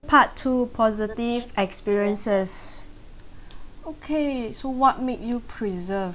part two positive experiences okay so what made you preserve